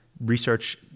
research